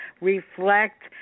reflect